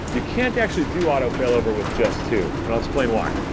you can't actually do auto failover with just two, and i'll explain why.